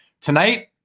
tonight